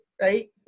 right